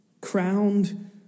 crowned